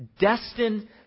destined